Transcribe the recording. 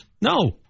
No